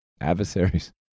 Adversaries